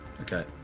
Okay